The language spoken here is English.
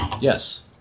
Yes